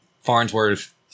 Farnsworth